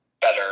better